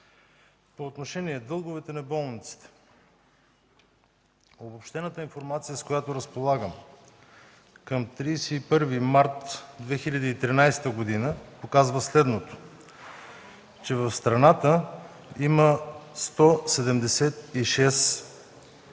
По отношение дълговете на болниците. Обобщената информация, с която разполагам към 31 март 2013 г., показва следното – че в страната има 176 държавни